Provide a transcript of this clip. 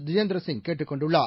ஜிதேந்திரசிய் கேட்டுக் கொண்டுள்ளார்